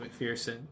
McPherson